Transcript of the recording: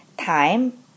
time